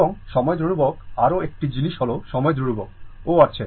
এবং সময় ধ্রুবক আরও একটি জিনিস হল সময় ধ্রুবক ও রয়েছে